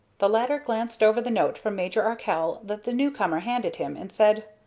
the latter glanced over the note from major arkell that the new-comer handed him, and said,